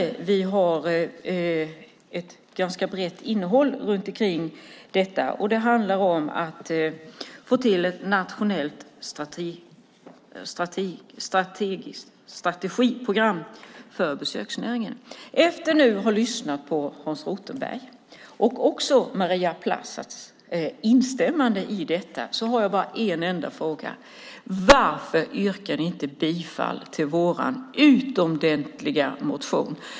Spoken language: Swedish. Den har ett ganska brett innehåll. Det handlar om att få till ett nationellt strategiprogram för besöksnäringen. Efter att ha lyssnat på Hans Rothenbergs anförande och Maria Plass instämmande i detta har jag bara en enda fråga. Varför yrkar ni inte bifall till vår utomordentliga motion?